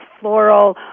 floral